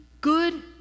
good